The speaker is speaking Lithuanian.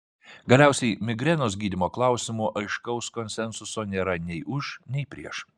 galiausiai migrenos gydymo klausimu aiškaus konsensuso nėra nei už nei prieš